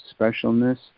specialness